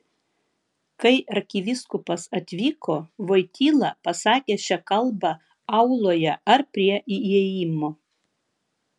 kai arkivyskupas atvyko voityla pasakė šią kalbą auloje ar prie įėjimo